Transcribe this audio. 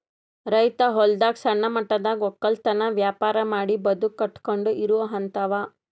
ರೈತ್ ಹೊಲದಾಗ್ ಸಣ್ಣ ಮಟ್ಟದಾಗ್ ವಕ್ಕಲತನ್ ವ್ಯಾಪಾರ್ ಮಾಡಿ ಬದುಕ್ ಕಟ್ಟಕೊಂಡು ಇರೋಹಂತಾವ